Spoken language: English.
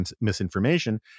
misinformation